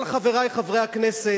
אבל, חברי חברי הכנסת,